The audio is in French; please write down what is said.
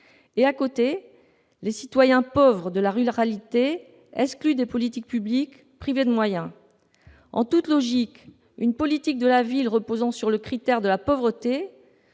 et, à côté, les citoyens pauvres de la ruralité, exclus des politiques publiques, privés de moyens. En toute logique, une politique de la ville reposant sur le critère de la pauvreté